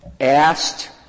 asked